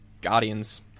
Guardians